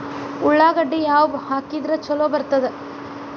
ಉಳ್ಳಾಗಡ್ಡಿ ಯಾವಾಗ ಹಾಕಿದ್ರ ಛಲೋ ಬರ್ತದ?